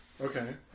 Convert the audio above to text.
Okay